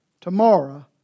tomorrow